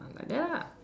like that lah